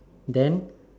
then